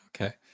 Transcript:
Okay